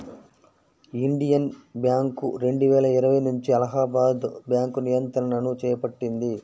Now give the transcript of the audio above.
Indian Bank రెండువేల ఇరవై నుంచి అలహాబాద్ బ్యాంకు నియంత్రణను చేపట్టింది